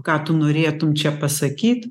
ką tu norėtum čia pasakyt